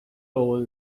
over